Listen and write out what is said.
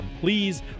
Please